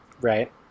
Right